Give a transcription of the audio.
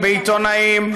בעיתונאים,